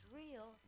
real